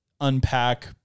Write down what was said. unpack